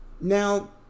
Now